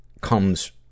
comes